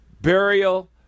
burial